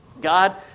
God